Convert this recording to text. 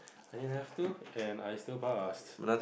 I didn't have too and I still passed